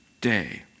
day